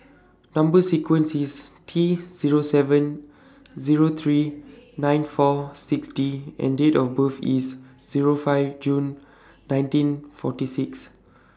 Number sequence IS T Zero seven Zero three nine four six D and Date of birth IS Zero five June nineteen forty six